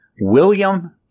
William